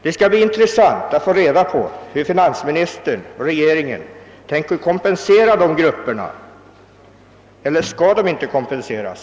Det skall bli intressant att få reda på hur finansministern och regeringen ämnar kompensera dessa grupper — eller skall de inte kompenseras?